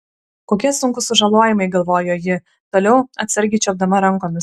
kokie sunkūs sužalojimai galvojo ji toliau atsargiai čiuopdama rankomis